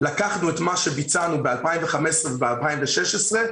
לקחנו את מה שביצענו ב-2015 וב-2016,